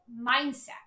mindset